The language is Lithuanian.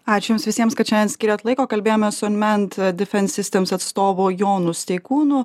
ačiū jums visiems kad šiandien skyrėt laiko kalbėjomės su inment difens sistems atstovu jonu steikūnu